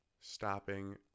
stopping